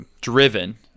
driven